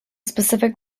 specific